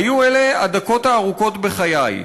היו אלה הדקות הארוכות בחיי.